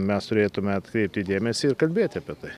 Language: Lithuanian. mes turėtume atkreipti dėmesį ir kalbėti apie tai